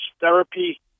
therapy